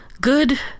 good